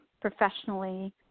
professionally